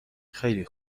خیلی